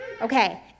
Okay